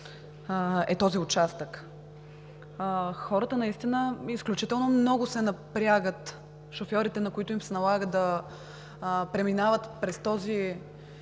е този участък. Хората наистина изключително много се напрягат. Шофьорите, на които им се налага да преминават през този